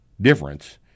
difference